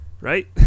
Right